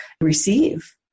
receive